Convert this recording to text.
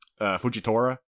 Fujitora